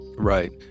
Right